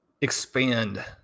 expand